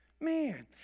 Man